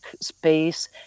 space